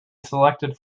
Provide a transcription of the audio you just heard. selected